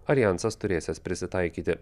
aljansas turėsiąs prisitaikyti